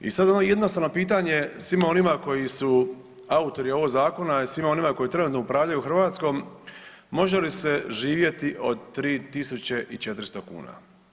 I sada ono jednostavno pitanje svima onima koji su autori ovog zakona i svima onima koji trenutno upravljaju Hrvatskom, može li se živjeti od 3.400 kuna?